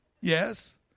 Yes